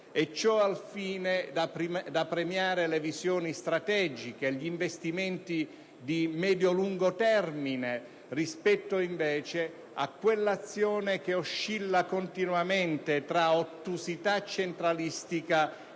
Ciò al fine di premiare le visioni strategiche e gli investimenti di medio e lungo termine rispetto ad un'azione che oscilla continuamente tra ottusità centralistica